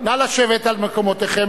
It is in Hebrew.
נא לשבת על מקומותיכם.